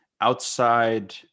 outside